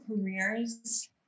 careers